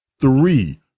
Three